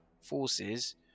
forces